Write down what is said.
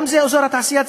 גם אזור התעשייה ציפורית,